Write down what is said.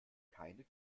keine